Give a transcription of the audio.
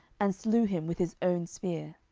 and slew him with his own spear.